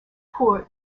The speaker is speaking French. pour